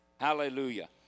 Hallelujah